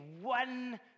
One